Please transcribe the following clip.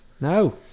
No